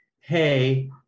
hey